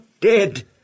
dead